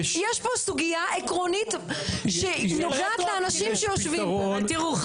יש פה סוגיה עקרונית שהיא נוגעת לאנשים שיושבים פה.